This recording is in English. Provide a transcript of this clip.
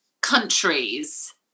countries